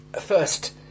first